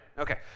Okay